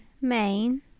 Main